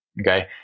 Okay